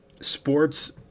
sports